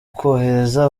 kohereza